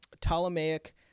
Ptolemaic